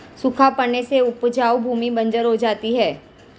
सूखा पड़ने से उपजाऊ भूमि बंजर हो जाती है